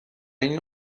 این